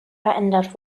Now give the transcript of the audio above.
verändert